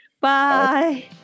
Bye